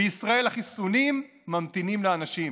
ובישראל החיסונים ממתינים לאנשים.